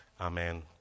Amen